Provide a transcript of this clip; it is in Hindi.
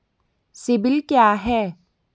सिबिल क्या है?